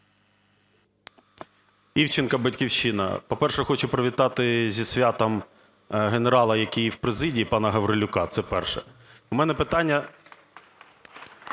Івченко, "Батьківщина". По-перше, хочу привітати зі святом генерала, який в президії, пана Гаврилюка. Це перше. (Оплески) У мене питання